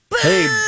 Hey